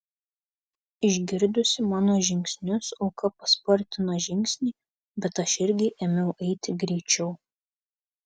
išgirdusi mano žingsnius auka paspartino žingsnį bet aš irgi ėmiau eiti greičiau